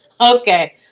Okay